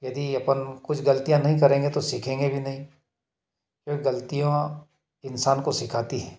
यदि अपन कुछ गलतियाँ नहीं करेंगे तो सीखेगे भी नहीं फिर गलतियाँ इंसान को सिखाती हैं